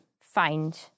find